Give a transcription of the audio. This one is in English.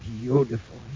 Beautiful